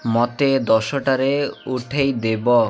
ମୋତେ ଦଶଟାରେ ଉଠାଇ ଦେବ